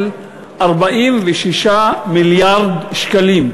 ההסתייגות של קבוצת סיעת מרצ וקבוצת סיעת חד"ש לסעיף 3 לא